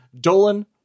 Dolan